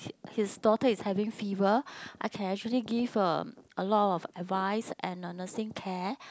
his daughter is having fever I can actually give um a lot of advice and a nursing care